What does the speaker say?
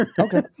Okay